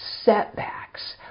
setbacks